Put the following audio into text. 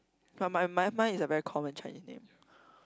for mine mine mine is a very common Chinese name